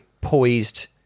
poised